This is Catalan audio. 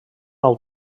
nou